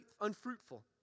unfruitful